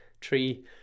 tree